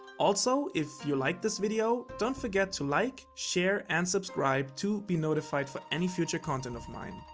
also, if you liked this video, don't forget to like share and subscribe to be notified for any future content of mine.